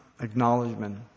acknowledgement